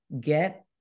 get